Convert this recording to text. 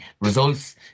results